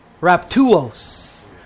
Raptuos